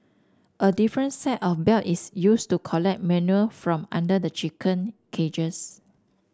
a different set of belt is used to collect manure from under the chicken cages